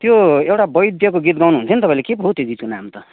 त्यो एउटा वैद्यको गीत गाउनुहुन्थ्यो नि तपाईँले के पो हो त्यो गीतको नाम त